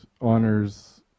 honors